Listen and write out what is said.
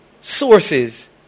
sources